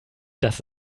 dass